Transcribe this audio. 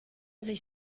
sich